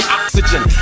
oxygen